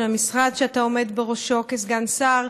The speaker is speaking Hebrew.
ושל המשרד שאתה עומד בראשו כסגן שר,